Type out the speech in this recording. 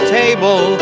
table